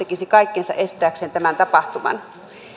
tekisi kaikkensa estääkseen tämän tapahtuman